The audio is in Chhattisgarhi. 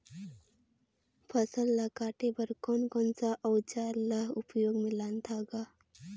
फसल ल काटे बर कौन कौन सा अउजार ल उपयोग में लानथा गा